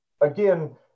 Again